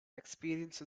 experience